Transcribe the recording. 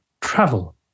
travel